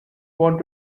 want